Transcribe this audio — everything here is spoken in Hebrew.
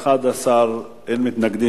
הצעת ועדת הפנים